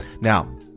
now